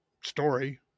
story